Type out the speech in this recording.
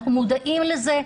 אנחנו מודעים לזה,